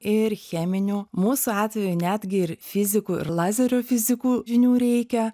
ir cheminių mūsų atveju netgi ir fizikų ir lazerio fizikų žinių reikia